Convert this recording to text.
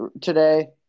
today